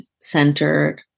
centered